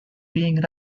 being